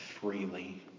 freely